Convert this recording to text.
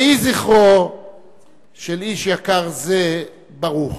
יהי זכרו של איש יקר זה ברוך.